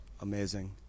amazing